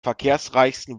verkehrsreichsten